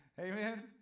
Amen